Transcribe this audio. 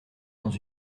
dans